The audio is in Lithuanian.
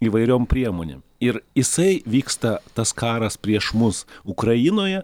įvairiom priemonėm ir jisai vyksta tas karas prieš mus ukrainoje